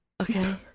okay